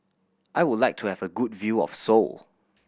I would like to have a good view of Seoul